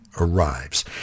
arrives